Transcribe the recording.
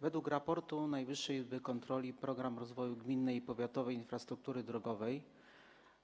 Według raportu Najwyższej Izby Kontroli „Program rozwoju gminnej i powiatowej infrastruktury drogowej